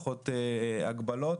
פחות הגבלות.